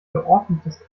geordnetes